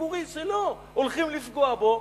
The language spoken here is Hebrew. השידורי שלו, הולכים לפגוע בו.